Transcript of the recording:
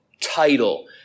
title